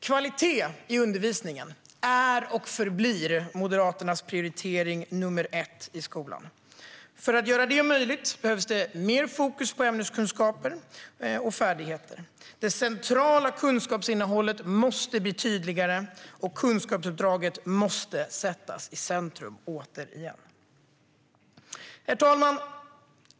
Kvalitet i undervisningen är och förblir Moderaternas prioritering nummer ett i skolan. För att göra detta möjligt behövs ett större fokus på ämneskunskaper och färdigheter. Det centrala kunskapsinnehållet måste bli tydligare, och kunskapsuppdraget måste återigen sättas i centrum. Herr talman!